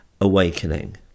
awakening